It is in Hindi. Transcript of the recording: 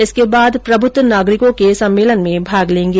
इसके बाद प्रबुद्ध नागरिकों के सम्मेलन में भाग लेंगे